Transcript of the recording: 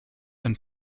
and